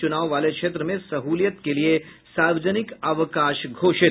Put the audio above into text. चुनाव वाले क्षेत्र में सहूलियत के लिए सार्वजनिक अवकाश घोषित